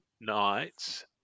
nights